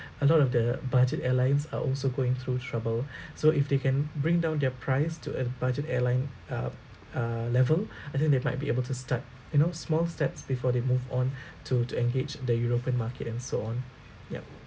a lot of the budget airlines are also going through trouble so if they can bring down their price to a budget airline uh uh level I think they might be able to start you know small steps before they move on to to engage the european market and so on yup